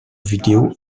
vidéo